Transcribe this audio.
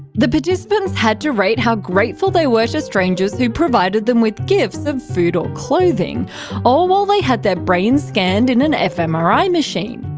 the participants had to rate how grateful they were to strangers who provided them with gifts of food and clothing all while they had their brain scanned in an fmri machine.